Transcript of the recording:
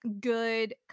good